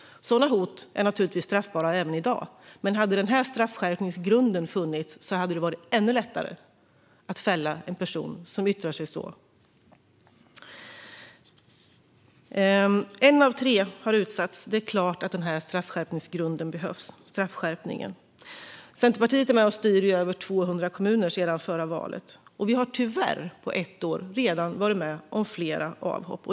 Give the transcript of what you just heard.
Sådana hot är naturligtvis straffbara även i dag, men hade denna straffskärpningsgrund funnits hade det varit ännu lättare att fälla en person som yttrar sig så. En av tre har utsatts - det är klart att denna straffskärpning behövs. Centerpartiet är med och styr i över 200 kommuner sedan förra valet, och vi har tyvärr på ett år redan varit med om flera avhopp.